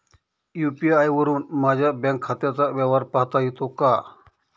UPI वरुन माझ्या bank खात्याचा व्यवहार पाहता येतो का?